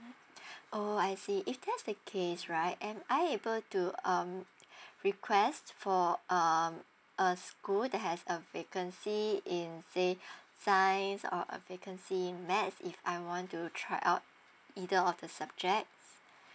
[orh[ I see if that's the case right am I able to um request for um a school that has a vacancy in say science or a vacancy in math if I want to try out either of the subject